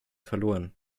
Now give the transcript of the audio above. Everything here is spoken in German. verloren